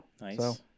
Nice